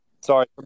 Sorry